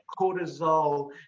cortisol